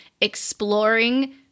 exploring